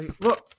look